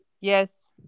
Yes